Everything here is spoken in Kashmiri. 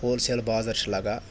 ہول سیل بازر چھِ لَگان